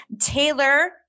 Taylor